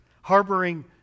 Harboring